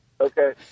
okay